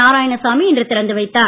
நாராயணசாமி இன்று திறந்து வைத்தார்